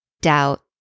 doubt